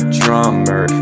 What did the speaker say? drummer